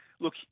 Look